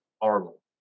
horrible